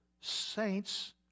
saints